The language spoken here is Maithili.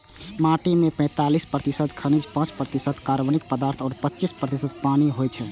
माटि मे पैंतालीस प्रतिशत खनिज, पांच प्रतिशत कार्बनिक पदार्थ आ पच्चीस प्रतिशत पानि होइ छै